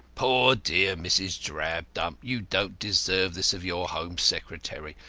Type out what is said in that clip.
poor dear mrs. drabdump, you don't deserve this of your home secretary!